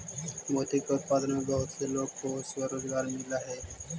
मोती के उत्पादन में बहुत से लोगों को स्वरोजगार मिलअ हई